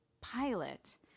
pilot